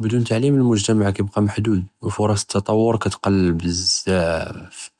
בדון תעלים אלמוג׳תמע כיבקא מהדוד, ו פרץ א־תטוור כתקל ב־זאאף.